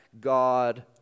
God